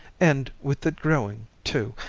and with it growing, too,